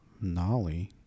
Nolly